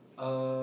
uh